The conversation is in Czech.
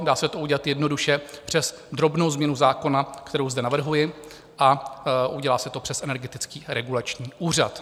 Dá se to udělat jednoduše přes drobnou změnu zákona, kterou zde navrhuji, a udělá se to přes Energetický regulační úřad.